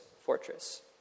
fortress